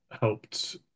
helped